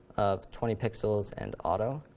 of twenty pixels and auto.